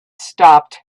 stopped